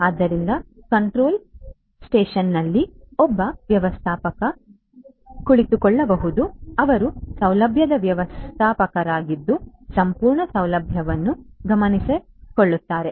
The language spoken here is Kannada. ಆದ್ದರಿಂದ ಕಂಟ್ರೋಲ್ ಸ್ಟೇಷನ್ನಲ್ಲಿ ಒಬ್ಬ ವ್ಯವಸ್ಥಾಪಕ ಕುಳಿತುಕೊಳ್ಳಬಹುದು ಅವರು ಸೌಲಭ್ಯದ ವ್ಯವಸ್ಥಾಪಕರಾಗಿದ್ದು ಸಂಪೂರ್ಣ ಸೌಲಭ್ಯವನ್ನು ಗಮನದಲ್ಲಿರಿಸಿಕೊಳ್ಳುತ್ತಾರೆ